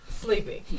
Sleeping